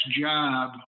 job